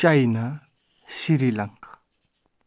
China Sri Lanka